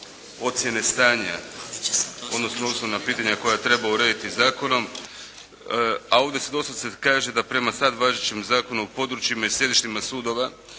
ocjene stanja, odnosno osnovna pitanja koja treba urediti zakonom. A ovdje se doslovce kaže da prema sad važećem Zakonu o područjima i sjedištima sudovima